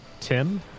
Tim